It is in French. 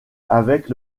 avec